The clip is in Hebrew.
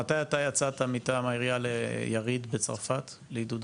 מתי יצאת מטעם העירייה ליריד לעידוד עלייה בצרפת?